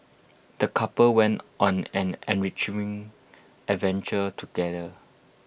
the couple went on an enriching adventure together